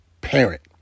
parent